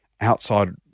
outside